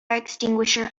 extinguisher